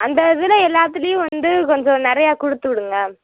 அந்த இதில் எல்லாத்திலுயும் வந்து கொஞ்சம் நிறையா கொடுத்து விடுங்க